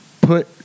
put